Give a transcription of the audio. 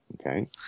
Okay